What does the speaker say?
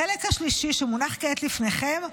החלק השלישי, שמונח כעת לפניכם,